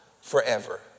forever